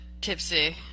tipsy